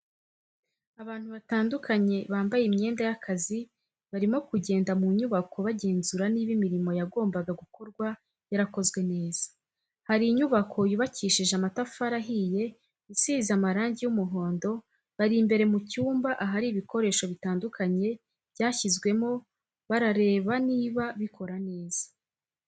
Abantu batandukanye bambaye imyenda y'akazi barimo kugenda mu nyubako bagenzura niba imirimo yagombaga gukorwa yarakozwe neza, hari inyubako yubakishije amatafari ahiye isize amarangi y'umuhondo, bari imbere mu cyumba ahari ibikoresho bitandukanye byashyizwemo barareba niba bikora neza.